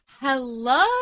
Hello